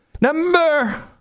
Number